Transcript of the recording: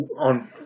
on